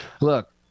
Look